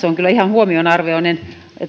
on kyllä ihan huomionarvoinen